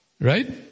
Right